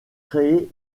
créé